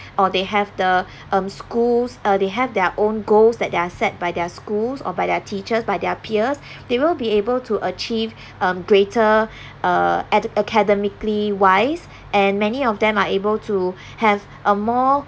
or they have the um schools uh they have their own goals that that are set by their schools or by their teachers by their peers they will be able to achieve um greater uh ac~ academically wise and many of them are able to have a more